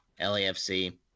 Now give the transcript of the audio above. LAFC